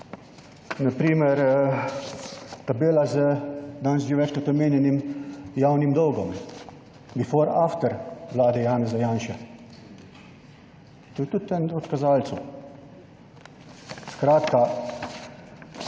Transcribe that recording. na primer tabela z danes že večkrat omenjenim javnim dolgom »before-after« Vlade Janeza Janše. To je tudi eden od kazalcev. Skratka,